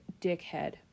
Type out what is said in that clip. dickhead